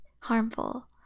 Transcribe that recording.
harmful